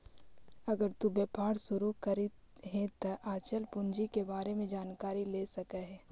अगर तु व्यापार शुरू करित हे त अचल पूंजी के बारे में जानकारी ले सकऽ हे